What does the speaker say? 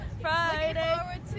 Friday